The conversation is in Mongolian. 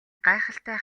гайхалтай